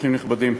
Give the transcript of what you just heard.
אורחים נכבדים,